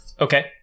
Okay